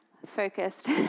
Focused